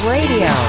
Radio